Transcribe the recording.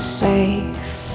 safe